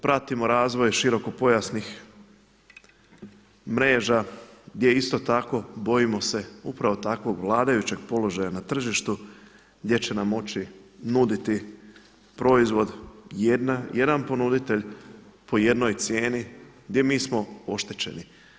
Pratimo razvoj širokopojasnih mreža gdje isto bojimo se upravo takvog vladajućeg položaja na tržištu gdje će nam moći nuditi proizvod jedan ponuditelj po jednoj cijeni gdje mi smo oštećeni.